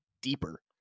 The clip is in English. deeper